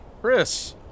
Chris